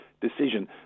decision